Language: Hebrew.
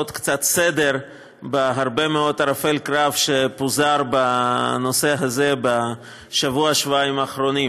קצת סדר בהרבה מאוד ערפל קרב שפוזר בנושא הזה בשבוע-שבועיים האחרונים.